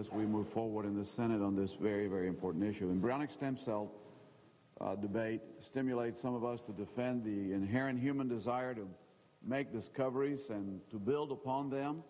as we move forward in the senate on this very very important issue when brown extends cell debate stimulate some of us to defend the inherent human desire to make discoveries and to build upon them